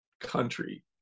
country